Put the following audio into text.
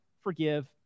forgive